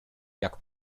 jak